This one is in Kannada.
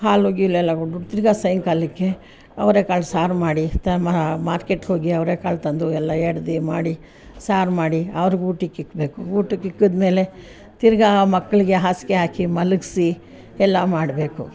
ಹಾಲು ಗೀಲೆಲ್ಲ ಕೊಟ್ಟುಬಿಟ್ಟು ತಿರಗ ಸಾಯಂಕಾಲಕ್ಕೆ ಅವರೆಕಾಳು ಸಾರು ಮಾಡಿ ಮಾರ್ಕೆಟ್ಗೆ ಹೋಗಿ ಅವರೆಕಾಳು ತಂದು ಎಲ್ಲ ಎಡಿ ಮಾಡಿ ಸಾರು ಮಾಡಿ ಅವ್ರಿಗೆ ಊಟಕ್ಕೆ ಇಕ್ಕಬೇಕು ಊಟಕ್ಕೆ ಇಕ್ಕಿದಮೇಲೆ ತಿರಗ ಮಕ್ಕಳಿಗೆ ಹಾಸಿಗೆ ಹಾಕಿ ಮಲಗಸಿ ಎಲ್ಲ ಮಾಡಬೇಕು